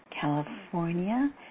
California